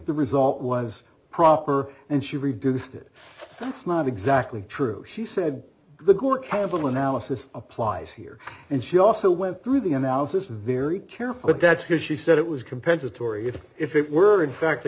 the result was proper and she reduced it that's not exactly true she said the gore camp analysis applies here and she also went through the analysis very carefully that's because she said it was compensatory if if it were in fact